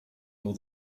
all